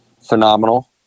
phenomenal